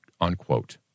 unquote